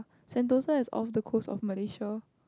Sentosa is off the coast of Malaysia